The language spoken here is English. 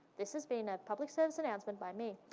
this has been a public service announcement by me.